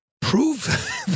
Prove